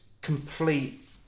complete